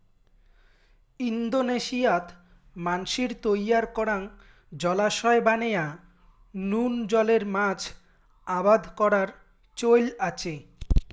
ইন্দোনেশিয়াত মানষির তৈয়ার করাং জলাশয় বানেয়া নুন জলের মাছ আবাদ করার চৈল আচে